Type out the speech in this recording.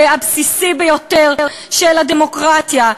הבסיסי ביותר של הדמוקרטיה,